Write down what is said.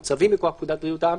או צווים מכוח פקודת בריאות העם,